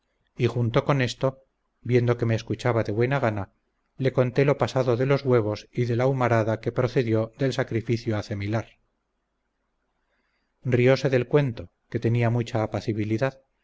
y junto con esto viendo que me escuchaba de buena gana le conté lo pasado de los huevos y de la humarada que procedió del sacrificio acemilar riose del cuento que tenía mucha apacibilidad